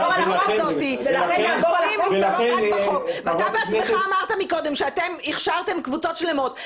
אתה בעצמך אמרת קודם שאתם הכשרתם קבוצות שלמות,